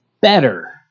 better